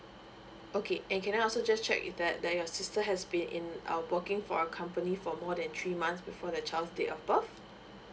okay and can I also just check if that that your sister has been in our working for a company for more than three months before the child take a birth